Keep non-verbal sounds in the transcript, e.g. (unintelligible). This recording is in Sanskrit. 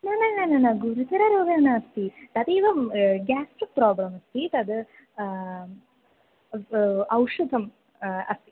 न न न न गुरुः (unintelligible) नास्ति तदेव गेस्ट्रिक् प्राब्लम् अस्ति तद् औषधम् अस्ति